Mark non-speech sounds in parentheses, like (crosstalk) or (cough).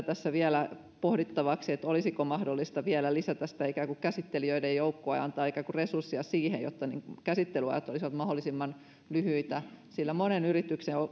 (unintelligible) tässä vielä pohdittavaksi olisiko mahdollista vielä lisätä sitä käsittelijöiden joukkoa ja antaa resursseja siihen jotta käsittelyajat olisivat mahdollisimman lyhyitä sillä monen yrityksen